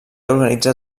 organitza